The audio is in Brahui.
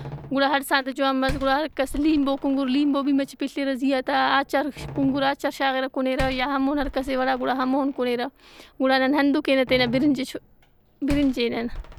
گُڑا ہڑساتہ جوان مَس گُڑاہر لیمبو کُنگُرہ لیمبو بھی مچہ پِلرہ زیا تہ، آچاربھی کُنگُرہ آچارشاغِرہ کُنیرہ یا ہمون ہر کس ئے وڑا گُڑا ہمون کُنیرہ۔ گُڑا نن ہندن کینہ تینا برنج ئے شُ- برنج ئے نن۔